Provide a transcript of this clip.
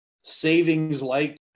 savings-like